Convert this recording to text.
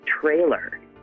trailer